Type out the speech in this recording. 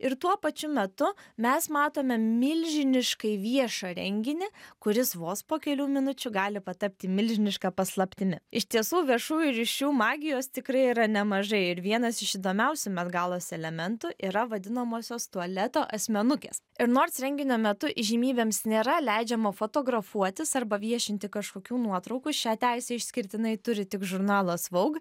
ir tuo pačiu metu mes matome milžiniškai viešą renginį kuris vos po kelių minučių gali patapti milžiniška paslaptimi iš tiesų viešųjų ryšių magijos tikrai yra nemažai ir vienas iš įdomiausių met galos elementų yra vadinamosios tualeto asmenukės ir nors renginio metu įžymybėms nėra leidžiama fotografuotis arba viešinti kažkokių nuotraukų šią teisę išskirtinai turi tik žurnalas vaug